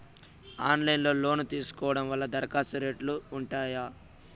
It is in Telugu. ఆన్లైన్ లో లోను తీసుకోవడం వల్ల దరఖాస్తు రేట్లు ఉంటాయా?